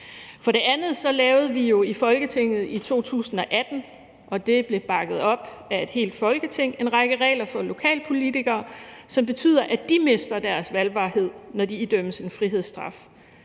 op af et helt Folketing, en række regler for lokalpolitikere, som betyder, at de mister deres valgbarhed, når de idømmes en frihedsstraf.